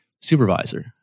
supervisor